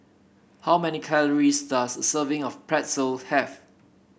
how many calories does a serving of Pretzel have